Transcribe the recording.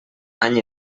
any